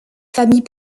famille